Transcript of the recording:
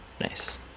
Nice